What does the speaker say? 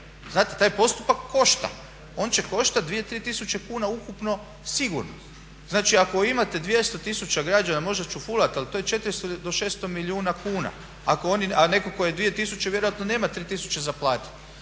Znate, taj postupak košta. On će koštati 2, 3 tisuće kuna ukupno, sigurno. Znači ako imate 200 tisuća građana, možda ću fulati ali to je 400 do 600 milijuna kuna. A netko tko je 2000 vjerojatno nema 3000 za platiti.